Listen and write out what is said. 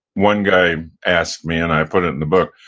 one guy asked me, and i put it in the book,